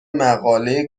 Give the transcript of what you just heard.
مقاله